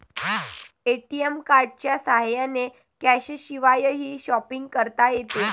ATM कार्डच्या साह्याने कॅशशिवायही शॉपिंग करता येते